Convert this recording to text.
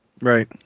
Right